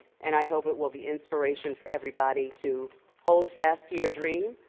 and i hope it will be inspiration for everybody to hold fast to your dream,